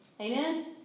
Amen